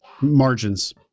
Margins